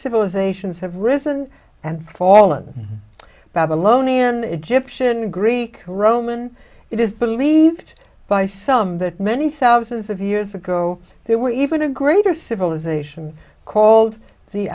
civilizations have risen and fall on babylonian egyptian greek roman it is believed by some that many thousands of years ago there were even a greater civilization called the